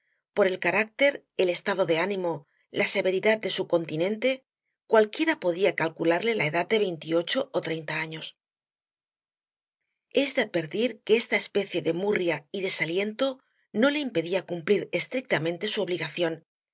por el carácter el estado de ánimo la severidad de su continente cualquiera podía calcularle la edad en veintiocho ó treinta es de advertir que esta especie de murria y desaliento no le impedía cumplir estrictamente su obligación